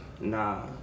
Nah